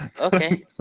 Okay